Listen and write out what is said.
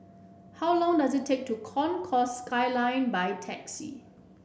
how long does it take to Concourse Skyline by taxi